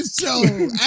show